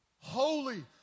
Holy